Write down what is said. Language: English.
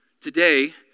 Today